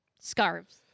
Scarves